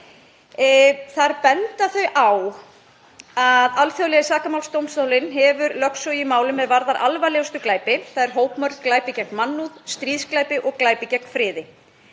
Þar benda þau á að Alþjóðlegi sakamáladómstóllinn hafi lögsögu í málum er varðar alvarlegustu glæpi, þ.e. hópmorð, glæpi gegn mannúð, stríðsglæpi og glæpi gegn friði.